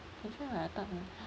actually when I thought ah